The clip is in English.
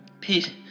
Pete